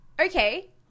okay